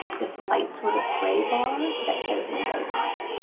this light sort of gray bar that says windows on it.